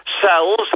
cells